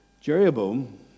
Jeroboam